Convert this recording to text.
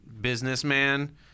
businessman